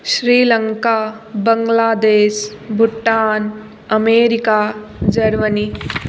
Sri Lanka Bangladesh Bhutan America Germany